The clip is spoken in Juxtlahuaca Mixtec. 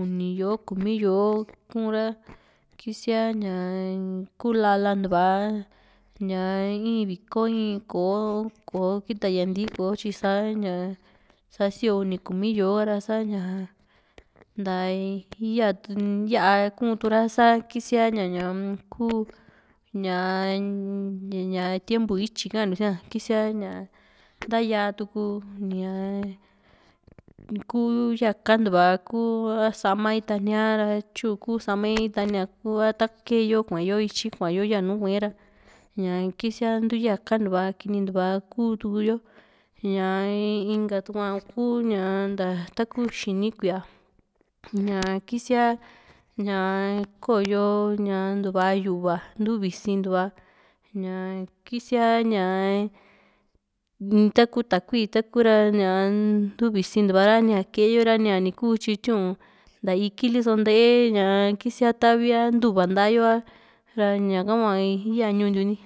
uni yó´o kumi yó´o kuu´n ra kisia ñaa kuu la+lantua ñaa in viko in kò´o kò´o kiya niantíí kò´o tyi sa ña sa sioo uni kumi yó´o ra sa´ña ntaa ya ya´akuu´n tu´ra sa kisia ña ñá kuu ñaa ña tiempu ityi ka´an ntiu sia´n ña ki´sia ntaya tu kuu yaka´ntuva kuu a sama itani a tyuu´n kuu samae itania ku ta kee yo kuayo ityi kua´yo yanu kauyo´ra ña kisia ntuu yaka ntuva kinintuva kuu tu´yo ñaa inka tua hua kuu ntaa taku xini kuía ña kisia ñaa ko´yo ña nduva yu´va ntu visi´n tua ña kisia ña ntaku takui taku ra ña nbtu visi´n tua´ra nia keeyo ra nia ni kutyi tiun nta iki liso ntae ña kisia tavi´a a ntu´va nta´a yo a ra ña´ha hua iyaa ñuu ntiu ni.